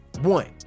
one